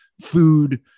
Food